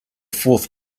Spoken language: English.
fourth